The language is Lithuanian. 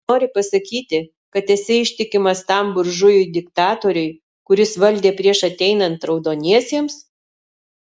nori pasakyti kad esi ištikimas tam buržujui diktatoriui kuris valdė prieš ateinant raudoniesiems